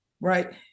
right